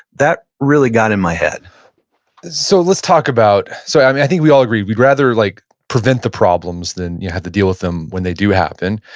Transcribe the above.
that really got in my head so let's talk about, so i think we all agree, we'd rather like prevent the problems than you have to deal with them when they do happen.